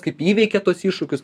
kaip įveikia tuos iššūkius